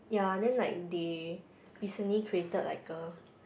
yeah then like they recently created like a